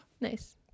Nice